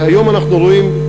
והיום אנחנו רואים,